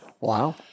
Wow